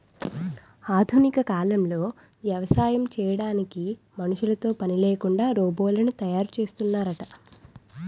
ఆధునిక కాలంలో వ్యవసాయం చేయడానికి మనుషులతో పనిలేకుండా రోబోలను తయారు చేస్తున్నారట